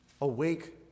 Awake